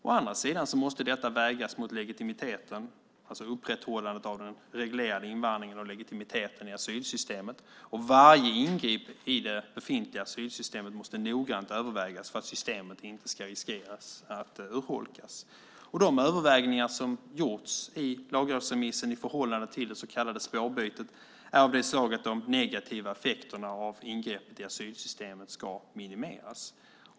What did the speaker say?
Å andra sidan måste detta vägas mot upprätthållandet av den reglerade invandringen och legitimiteten i asylsystemet. Varje ingrepp i det befintliga asylsystemet måste noggrant övervägas för att systemet inte ska riskera att urholkas. De överväganden som gjorts i lagrådsremissen i förhållande till det så kallade spårbytet är av det slaget att de negativa effekterna av ingreppet i asylsystemet ska minimeras.